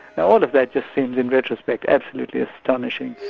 now all of that just seems in retrospect absolutely astonishing.